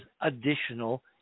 additional